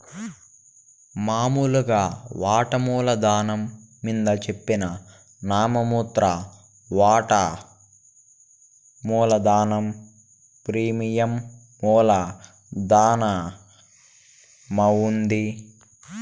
మామూలుగా వాటామూల ధనం మింద జెప్పిన నామ మాత్ర వాటా మూలధనం ప్రీమియం మూల ధనమవుద్ది